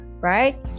right